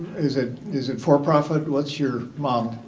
is it is it for profit? what's your model?